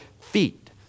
feet